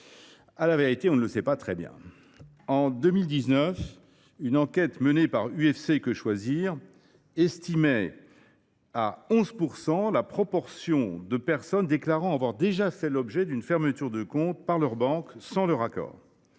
À la vérité, on ne le sait pas très bien… En 2019, une enquête menée par l’UFC Que Choisir estimait à 11 % la proportion de personnes déclarant avoir déjà fait l’objet d’une fermeture de compte par leur banque sans leur accord.